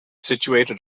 situated